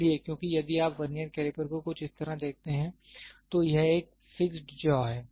इसलिए क्योंकि यदि आप वर्नियर कैलिपर को कुछ इस तरह देखते हैं तो यह एक फिक्सड जॉ है